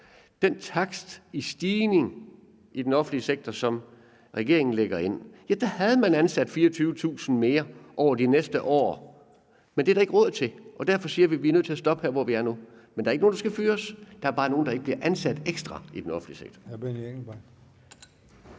den her stigningstakt i den offentlige sektor, som regeringen lægger ind, så havde man ansat 24.000 mere over de næste år. Men det er der ikke råd til, og derfor siger vi, at vi er nødt til at stoppe her, hvor vi er nu. Men der er ikke nogen, der skal fyres; der er bare nogle, der ikke bliver ansat ekstra i den offentlige sektor.